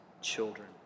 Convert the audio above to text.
children